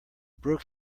broke